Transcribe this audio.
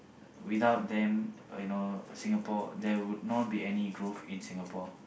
without them you know Singapore there would not be any growth in Singapore